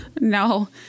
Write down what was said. No